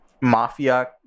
mafia